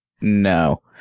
no